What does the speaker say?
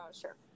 sure